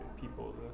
people